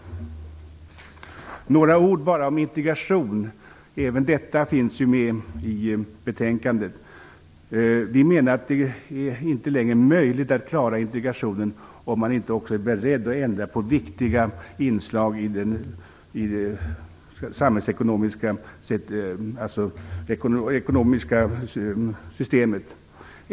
Bara några ord om integration, som också finns med i betänkandet: Vi menar att det inte längre är möjligt att klara integrationen, om man inte också är beredd att ändra på viktiga inslag i det ekonomiska systemet.